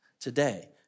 today